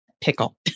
pickle